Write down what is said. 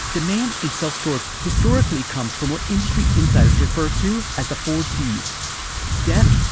demand in self-storage historically comes from what industry insiders refer to as the four d's death,